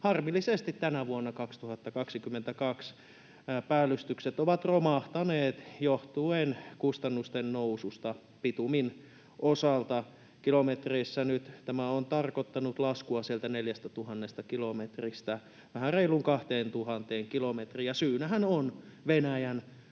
Harmillisesti tänä vuonna, 2022, päällystykset ovat romahtaneet johtuen kustannusten noususta bitumin osalta. Kilometreissä nyt tämä on tarkoittanut laskua sieltä 4 000 kilometristä vähän reiluun 2 000 kilometriin, ja syynähän on Venäjän Ukrainaan